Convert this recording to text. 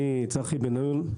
אני צחי בן עיון,